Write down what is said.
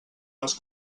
les